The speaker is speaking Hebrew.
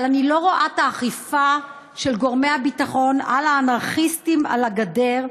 אבל אני לא רואה את האכיפה של גורמי הביטחון על האנרכיסטים על הגדר,